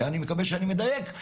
אני מקווה שאני מדייק.